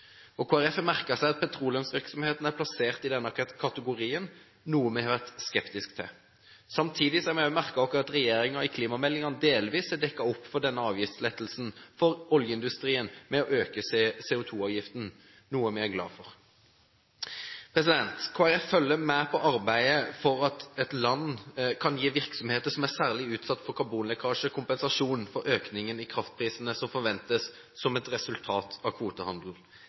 Kristelig Folkeparti har merket seg at petroleumsvirksomheten er plassert i denne kategorien, noe vi har vært skeptisk til. Samtidig har vi merket oss at regjeringen i klimameldingen delvis har dekket opp for denne avgiftslettelsen for oljeindustrien med å øke CO2-avgiften, noe vi er glad for. Kristelig Folkeparti følger med på arbeidet for at et land kan gi virksomheter som er særlig utsatt for karbonlekkasje, kompensasjon for økningen i kraftprisene som forventes som et resultat av kvotehandel.